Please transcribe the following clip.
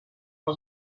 was